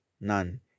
none